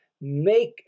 make